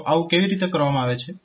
તો આવું કેવી રીતે કરવામાં આવે છે